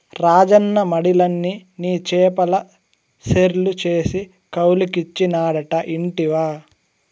రాజన్న మడిలన్ని నీ చేపల చెర్లు చేసి కౌలుకిచ్చినాడట ఇంటివా